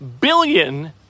billion